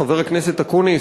חבר הכנסת אקוניס,